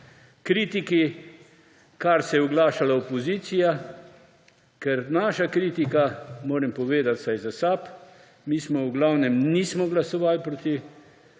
kritiki, kar se je oglašala opozicija, ker naša kritika, moram povedati vsaj za SAB, mi v glavnem nismo glasovali proti